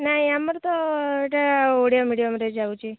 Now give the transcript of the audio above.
ନାହିଁ ଆମର ତ ଏଇଟା ଓଡ଼ିଆ ମିଡ଼ିଅମ୍ରେ ଯାଉଛି